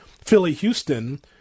Philly-Houston